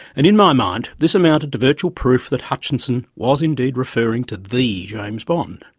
and in my mind this amounted to virtual proof that hutchinson was indeed referring to the james bond.